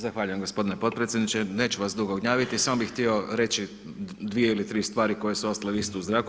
Zahvaljujem gospodine podpredsjedniče, neću vas dugo gnjaviti, samo bih htio reći dvije ili tri stvari koje su ostale visiti u zraku.